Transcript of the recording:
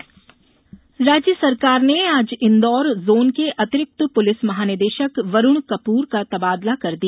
तबादला राज्य सरकार ने आज इन्दौर जोन के अतिरिक्त पुलिस महानिदेशक वरुण कपूर का तबादला कर दिया